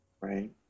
Right